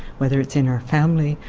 whether it's in our family,